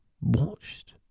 watched